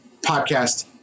podcast